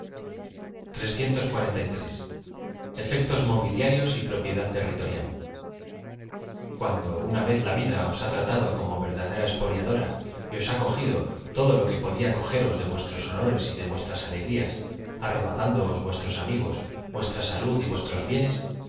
fecto mobiliarios y propiedad territoria l cuando una v e z la vid a os ha tratado como verda dera eapoliadora y os h a cogido todo lo que podía co geros de tuestroa honores y de vuestras alegrías arrebatándoos vuestros amigos vuestra salud y vuestros bienes